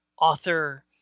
author